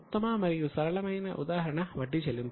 ఉత్తమ మరియు సరళమైన ఉదాహరణ వడ్డీ చెల్లింపు